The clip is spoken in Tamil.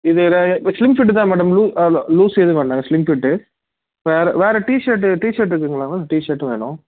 இதில் இப்போ ஸ்லிம் ஃபிட்டு தான் மேடம் லூ ஆ லூசு எதுவும் வேண்டாங்க ஸ்லிம் ஃபிட்டு வேறு வேறு டீஷர்ட்டு டீஷர்ட்டு இருக்குதுங்களா மேம் டீஷர்ட்டும் வேணும்